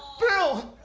bill!